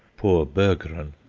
poor berggren,